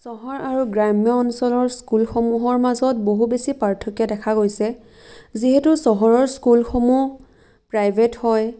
চহৰ আৰু গ্ৰাম্য অঞ্চলৰ স্কুলসমূহৰ মাজত বহু বেছি পাৰ্থক্য দেখা গৈছে যিহেতু চহৰৰ স্কুলসমূহ প্ৰাইভেট হয়